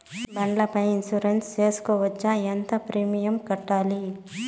బండ్ల పై ఇన్సూరెన్సు సేసుకోవచ్చా? ఎంత ప్రీమియం కట్టాలి?